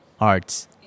Arts